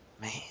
man